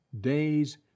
days